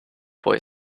boy